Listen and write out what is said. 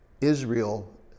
Israel